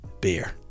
beer